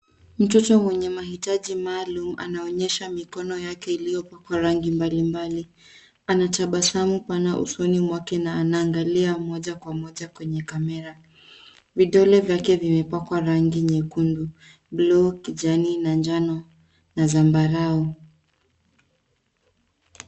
Mtoto mwenye mahitaji maalum anaonyesha mikono yake iliyopakwa rangi mbalimbali. Anatabasamu pana usoni mwake na anaaangalia moja kwa moja kwenye kamera. Vidole vyake vimepakwa rangi nyekundu, buluu kijani na njano na zambarau.